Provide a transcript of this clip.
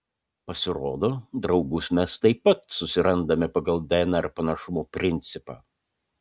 pasirodo draugus mes taip pat susirandame pagal dnr panašumo principą